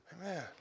Amen